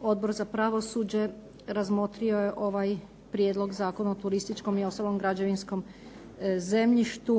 Odbor za pravosuđe razmotrio je ovaj prijedlog Zakona o turističkom i ostalom građevinskom zemljištu